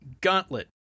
Gauntlet